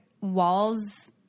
walls